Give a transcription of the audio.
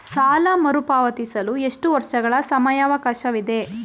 ಸಾಲ ಮರುಪಾವತಿಸಲು ಎಷ್ಟು ವರ್ಷಗಳ ಸಮಯಾವಕಾಶವಿದೆ?